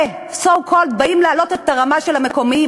so called באים להעלות את הרמה של המקומיים,